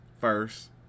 first